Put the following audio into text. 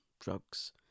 drugs